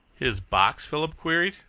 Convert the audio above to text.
his box? philip queried.